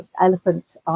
elephant